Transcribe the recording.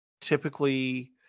typically